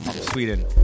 Sweden